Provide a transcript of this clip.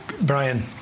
Brian